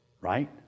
Right